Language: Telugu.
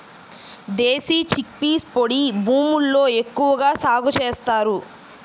దేశీ చిక్పీస్ పొడి భూముల్లో ఎక్కువగా సాగు చేస్తారు